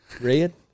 Red